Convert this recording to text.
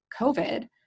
COVID